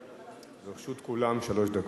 לרשות כולם שלוש דקות.